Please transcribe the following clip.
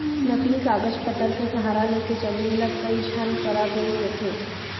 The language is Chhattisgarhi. नकली कागज पतर के सहारा लेके जमीन ल कई झन करा बेंच देथे